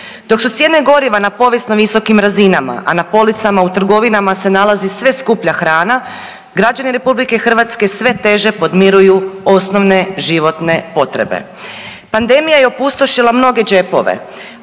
Dok su cijene goriva na povijesno visokim razinama, a na policama u trgovinama se nalazi sve skuplja hrana građani RH sve teže podmiruju osnovne životne potrebe. Pandemija je opustošila mnoge džepove,